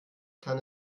kann